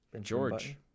George